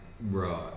bro